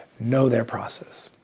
know their process.